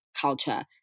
culture